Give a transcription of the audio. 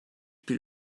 bir